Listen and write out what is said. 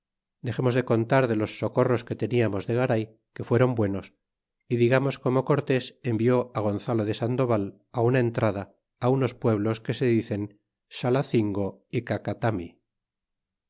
dexémos de contar de los socorros que teniamos de garay que fueron buenos y digamos como cortés envió a gonzalo de sandoval á una entrada te unos pueblos que se dicen xalacingo y cacatami